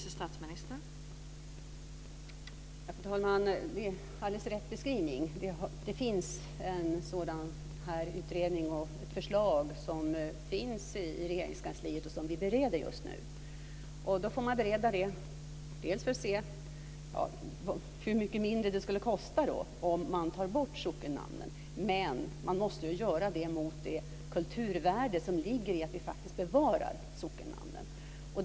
Fru talman! Det är alldeles rätt beskrivning. Det finns en sådan utredning, och det finns ett förslag i Regeringskansliet som vi bereder just nu. Man får bereda förslaget för att se hur mycket mindre det skulle kosta om man tar bort sockennamnen. Men man måste väga det mot det kulturvärde som ligger i att vi faktiskt bevarar sockennamnen.